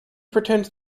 pretends